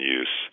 use